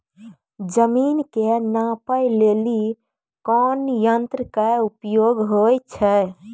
जमीन के नापै लेली कोन यंत्र के उपयोग होय छै?